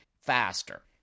faster